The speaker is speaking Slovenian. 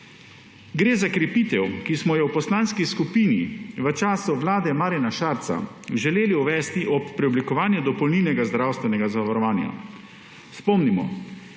Gre za krepitev, ki smo jo v poslanski skupini v času vlade Marjana Šarca želeli uvesti ob preoblikovanju dopolnilnega zdravstvenega zavarovanja. Spomnimo,